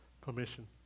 permission